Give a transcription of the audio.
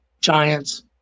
giants